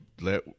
let